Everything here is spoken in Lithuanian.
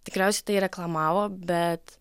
tikriausiai tai reklamavo bet